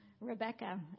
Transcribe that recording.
Rebecca